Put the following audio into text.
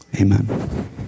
amen